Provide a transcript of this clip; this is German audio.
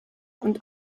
und